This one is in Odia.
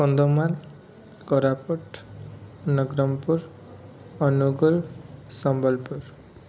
କନ୍ଧମାଲ୍ କୋରାପୁଟ ନବରଙ୍ଗପୁର ଅନୁଗୁଲ୍ ସମ୍ବଲପୁର